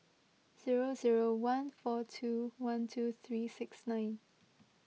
zero zero one four two one two three six nine